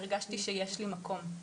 הרגשתי שיש לי מקום.